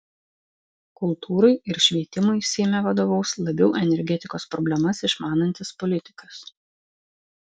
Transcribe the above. kultūrai ir švietimui seime vadovaus labiau energetikos problemas išmanantis politikas